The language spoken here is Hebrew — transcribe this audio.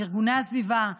מארגוני הסביבה,